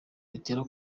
bitera